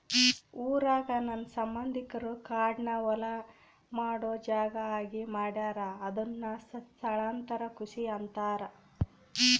ಊರಾಗ ನನ್ನ ಸಂಬಂಧಿಕರು ಕಾಡ್ನ ಹೊಲ ಮಾಡೊ ಜಾಗ ಆಗಿ ಮಾಡ್ಯಾರ ಅದುನ್ನ ಸ್ಥಳಾಂತರ ಕೃಷಿ ಅಂತಾರ